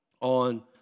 on